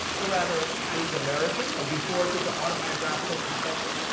or rather chinese-american, and be forced into autobiographical confession?